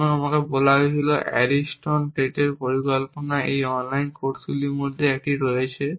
এবং আমাকে বলা হয়েছিল যে অ্যারিস্টন টেটের পরিকল্পনার এই অনলাইন কোর্সগুলির মধ্যে একটি রয়েছে